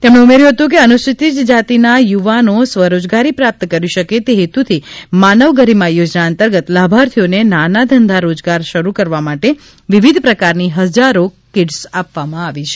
તેમણે ઉમેર્યું હતું કે અનુસૂચિત જાતિના યુવાનો સ્વરોજગારી પ્રાપ્ત કરી શકે તે હેતુથી માનવ ગરિમા યોજના અંતર્ગત લાભાર્થીઓને નાના ધંધા રોજગાર શરૂ કરવા માટે વિવિધ પ્રકારની હજારો કીટ્સ આપવામાં આવી છે